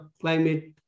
climate